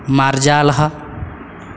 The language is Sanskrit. मार्जालः